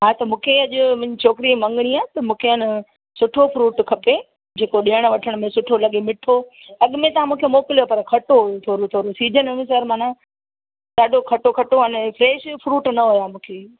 हा त मूंखे अॼु मुंहिंजी छोकिरी जी मङणी आहे त मूंखे आहे न सुठो फ्रूट खपे जेको ॾियण वठण में सुठो लॻे मिठो अॻु में तव्हां मूंखे मोकिलियो पर खटो थोरो थोरो सीजन हुयो माना ॾाढो खटो खटो अञे फ्रैश फ्रूट न हुयो